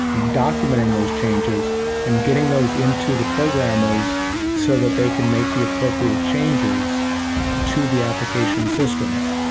documenting those changes and getting those into the programmers so that they can make the appropriate changes to the application systems.